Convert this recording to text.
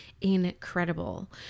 incredible